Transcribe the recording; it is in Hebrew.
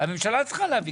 היא זאת שצריכה להביא.